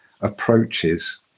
approaches